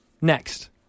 Next